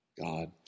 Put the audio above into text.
God